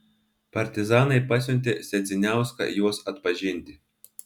partizanai pasiuntė sedziniauską juos atpažinti